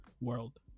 world